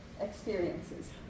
experiences